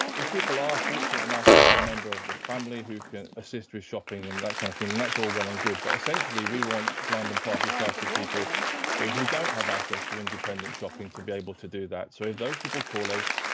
if people are fortunate enough to have a member of the family who can assist with shopping and that kind of thing and that's all well and good. but essentially, we want blind and partially sighted people who, who don't have access to independent shopping to be able to do that. so if those people call us,